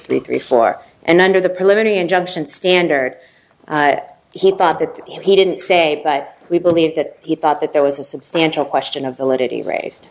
three four and under the preliminary injunction standard he thought that he didn't say but we believe that he thought that there was a substantial question of the let it be raised